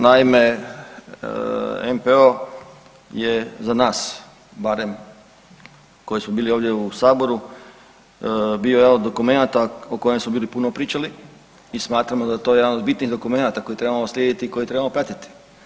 Naime, NPOO je za nas barem koji smo bili ovdje u saboru bio jedan od dokumenata o kojem smo bili puno pričali i smatramo da je to jedan od bitnijih dokumenata koje trebamo slijediti i koje trebamo pratiti.